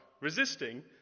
resisting